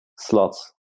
slots